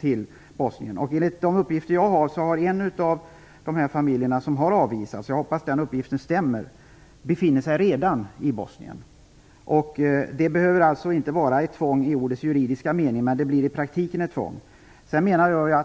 till Bosnien. Enligt uppgifter som jag fått befinner sig en av de familjer som har avvisats - jag hoppas att den uppgiften stämmer - redan i Bosnien. Det behöver alltså inte vara en fråga om tvång i ordets juridiska mening, men i praktiken blir det ett tvång.